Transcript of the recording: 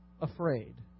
afraid